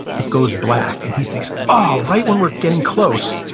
it goes black, and he thinks, oh, right when we're getting close,